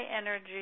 energy